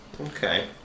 Okay